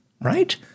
right